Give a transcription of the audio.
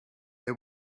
they